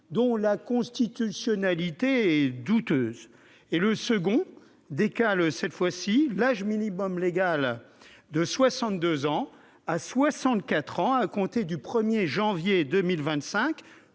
dont la constitutionnalité est douteuse. Le deuxième tend à décaler, cette fois-ci, l'âge minimum légal de 62 ans à 64 ans à compter du 1 janvier 2025